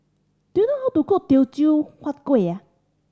do you know how to cook Teochew Huat Kuih